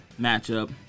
matchup